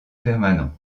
permanent